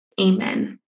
Amen